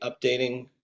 updating